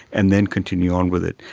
and then continue on with it.